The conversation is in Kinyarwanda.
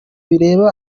bireba